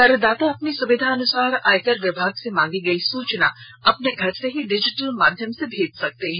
करदाता अपनी सुविधा अनुसार आयकर वमिाग से मांगी गई सूचना अपने घर से ही डिजिटल माध्यम से भेज सकता है